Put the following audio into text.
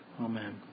Amen